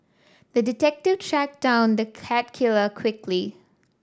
the detective tracked down the cat killer quickly